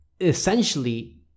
essentially